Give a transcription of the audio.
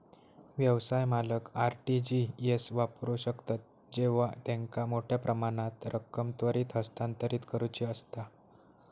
व्यवसाय मालक RTGS वापरू शकतत जेव्हा त्यांका मोठ्यो प्रमाणात रक्कम त्वरित हस्तांतरित करुची असता